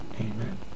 Amen